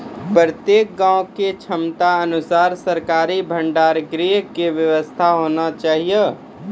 प्रत्येक गाँव के क्षमता अनुसार सरकारी भंडार गृह के व्यवस्था होना चाहिए?